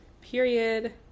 period